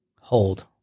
Hold